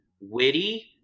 Witty